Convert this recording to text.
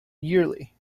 yearly